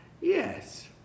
yes